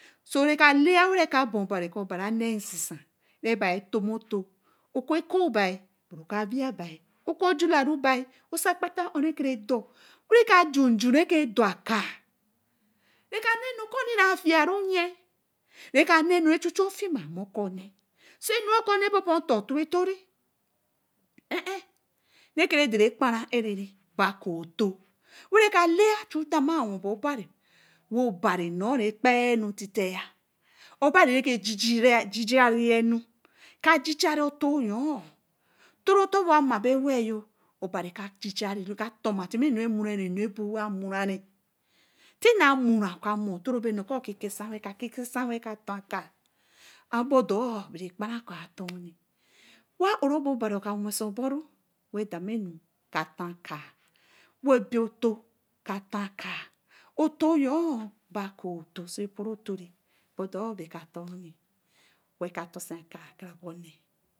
Sóó re ka lei wer ka ban abar kóó á nei sisen bae bai tóó mó tóó okun kóó bai, okun awai bai okun dularu bai oso kpata u re ke re dor wy re ka jun jun jun re ke dor kaa re ka na nu kóó re ra fia tru yen, re káá na nu re chuchu ofima ma ko ne se nu re ke re dore kparan areni bee aka otóó were ke lia chudan á wen boi obari wey obari nor re kparana tite ye, obari re ke gigaria nu agigare nu or toro towa obari ka gigare wer ka toma tima tima more tima mire ebodor ba kparan koo ton wai ó re ba obari oka wese oboro wey damenu ka ton akaa woi ebee oto ka ton aka otoo yon se kporo otoo re bodoo bai ton wey kan tonse aka karabone